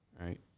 Right